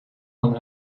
kan